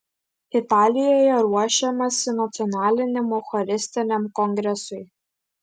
italijoje ruošiamasi nacionaliniam eucharistiniam kongresui